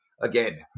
Again